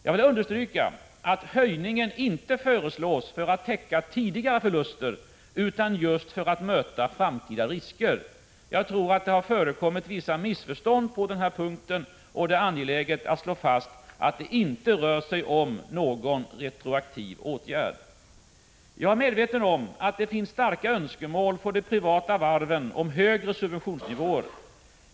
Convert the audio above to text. Jag vill understryka att höjningen inte föreslås för att man skall kunna täcka tidigare förluster utan just för att man skall kunna möta framtida risker. Jag tror att det har förekommit vissa missförstånd på denna punkt, och det är därför angeläget att slå fast att det inte rör sig om någon retroaktiv åtgärd. Jag är medveten om att det finns starka önskemål från de privata varven om högre subventionsnivåer.